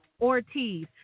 Ortiz